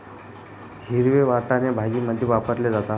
हिरवे वाटाणे भाजीमध्ये वापरले जातात